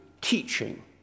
teaching